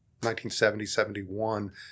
1970-71